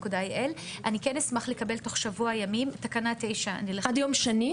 אני כן אשמח לקבל תוך שבוע ימים -- עד יום שני,